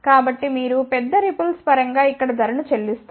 కాబట్టి మీరు పెద్ద రిపుల్స్ పరంగా ఇక్కడ ధరను చెల్లిస్తారు